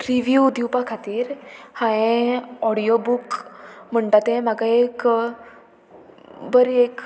review दिवपा खातीर हांवें ऑडियो बूक म्हणटा तें म्हाका एक बरी एक